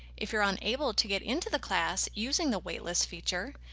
if you're unable to get into the class using the waitlist feature,